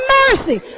mercy